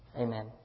Amen